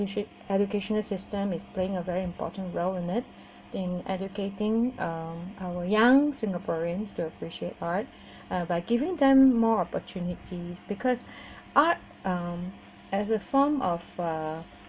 you should educational system is playing a very important role in it in educating uh our young singaporeans to appreciate art uh by giving them more opportunities because art um as a form of uh